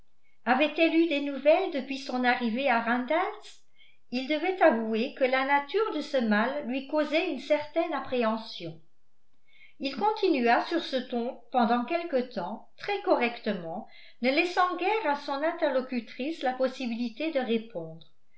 avait-elle eu des nouvelles depuis son arrivée à randalls il devait avouer que la nature de ce mal lui causait une certaine appréhension il continua sur ce ton pendant quelque temps très correctement ne laissant guère à son interlocutrice la possibilité de répondre